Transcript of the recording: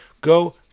Go